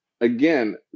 Again